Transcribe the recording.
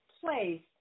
place